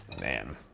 Man